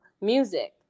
music